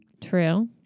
True